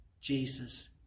Jesus